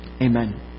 amen